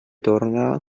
torna